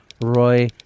Roy